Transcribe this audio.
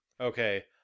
Okay